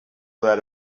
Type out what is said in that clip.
that